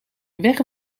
weg